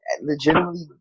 legitimately